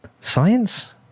Science